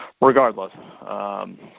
regardless